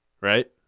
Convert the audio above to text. Right